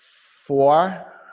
Four